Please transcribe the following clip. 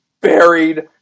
buried